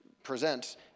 presents